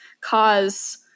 cause